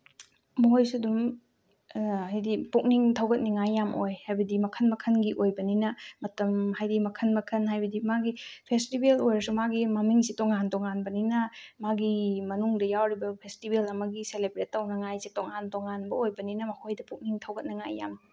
ꯃꯈꯣꯏꯁꯨ ꯑꯗꯨꯝ ꯍꯥꯏꯗꯤ ꯄꯨꯛꯅꯤꯡ ꯊꯧꯒꯠꯅꯤꯉꯥꯏ ꯌꯥꯝ ꯑꯣꯏ ꯍꯥꯏꯕꯗꯤ ꯃꯈꯟ ꯃꯈꯟꯒꯤ ꯑꯣꯏꯕꯅꯤꯅ ꯃꯇꯝ ꯍꯥꯏꯗꯤ ꯃꯈꯟ ꯃꯈꯟ ꯍꯥꯏꯕꯗꯤ ꯃꯥꯒꯤ ꯐꯦꯁꯇꯤꯚꯦꯜ ꯑꯣꯏꯔꯁꯨ ꯃꯥꯒꯤ ꯃꯃꯤꯡꯁꯤ ꯇꯣꯉꯥꯟ ꯇꯣꯉꯥꯟꯕꯅꯤꯅ ꯃꯥꯒꯤ ꯃꯅꯨꯡꯗ ꯌꯥꯎꯔꯤꯕ ꯐꯦꯁꯇꯤꯚꯦꯜ ꯑꯃꯒꯤ ꯁꯦꯂꯦꯕ꯭ꯔꯦꯠ ꯇꯧꯅꯉꯥꯏꯁꯦ ꯇꯣꯉꯥꯟ ꯇꯣꯉꯥꯟꯕ ꯑꯣꯏꯕꯅꯤꯅ ꯃꯈꯣꯏꯗ ꯄꯨꯛꯅꯤꯡ ꯊꯧꯒꯠꯅꯉꯥꯏ ꯌꯥꯝ